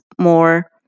more